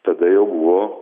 tada jau buvo